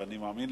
ואני מאמין,